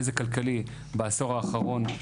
נזק כלכלי בעשור האחרון.